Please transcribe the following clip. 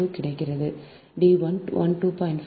2 கிடைத்தது d 1 2